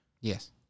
Yes